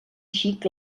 xic